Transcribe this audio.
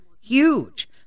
huge